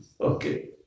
Okay